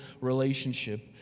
relationship